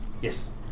Yes